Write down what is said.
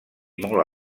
molt